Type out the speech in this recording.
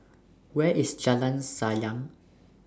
Where IS Jalan Sayang